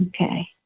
okay